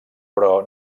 però